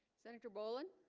senator boland